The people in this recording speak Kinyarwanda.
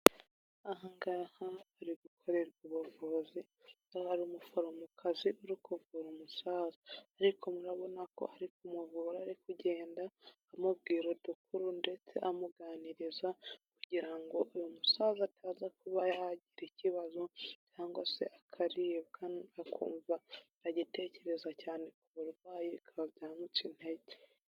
Aha ngaha hari gukorerwa ubuvuzi, aho hari umuforomokazi uri kuvura umusaza, ariko murabona ko ari kumuvura ari kugenda amubwira dukuru ndetse amuganiriza, kugira ngo uyu musaza ataza kuba yagira ikibazo cyangwase akaribwa akumva agitekereza cyane ku burwayi bikaba byamuca intege.